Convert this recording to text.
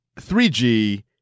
3G